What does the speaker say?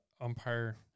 umpire